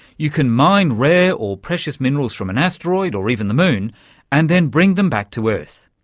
you can mine rare or precious minerals from an asteroid or even the moon and then bring them back to earth.